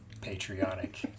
patriotic